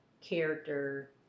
character